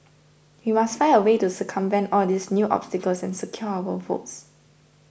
we must find a way to circumvent all these new obstacles and secure our votes